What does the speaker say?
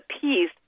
peace